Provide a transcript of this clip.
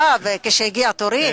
עכשיו, כשהגיע תורי?